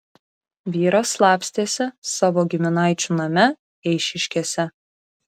vyras slapstėsi savo giminaičių name eišiškėse